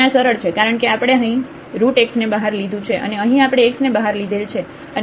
અને આ સરળ છે કારણ કે આપણે અહીં x ને બહાર લીધું છે અને અહીં આપણે x ને બહાર લીધેલ છે